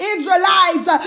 Israelites